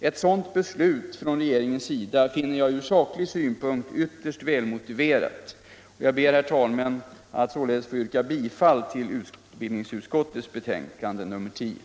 Ett sådant beslut från regeringens sida finner jag ur saklig synpunkt ytterst välmotiverat. Jag yrkar således, herr talman, bifall till utbildningsutskottets hemställan i betänkande nr 10.